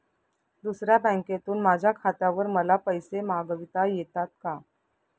दुसऱ्या बँकेतून माझ्या खात्यावर मला पैसे मागविता येतात का?